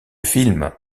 film